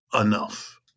enough